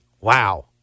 Wow